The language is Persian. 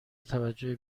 توجه